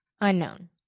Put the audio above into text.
Unknown